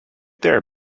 there